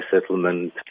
settlement